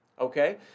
Okay